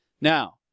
Now